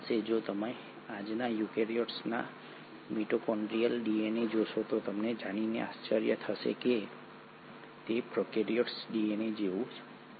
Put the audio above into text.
જો તમે આજના યુકેરીયોટના મિટોકોન્ડ્રિઅલ ડીએનએ જોશો તો તમને જાણીને આશ્ચર્ય થશે કે તે પ્રોકેરિયોટિક ડીએનએ જેવું જ છે